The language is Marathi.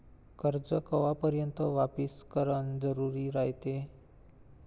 कर्ज कवापर्यंत वापिस करन जरुरी रायते?